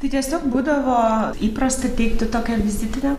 tai tiesiog būdavo įprasta teikti tokią vizitinę